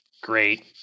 great